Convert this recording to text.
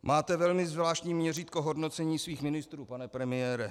Máte velmi zvláštní měřítko hodnocení svých ministrů, pane premiére.